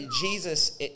Jesus